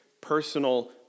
personal